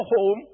home